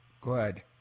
Good